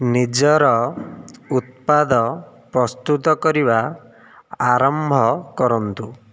ନିଜର ଉତ୍ପାଦ ପ୍ରସ୍ତୁତ କରିବା ଆରମ୍ଭ କରନ୍ତୁ